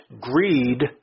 greed